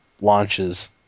launches